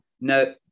no